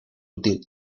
útil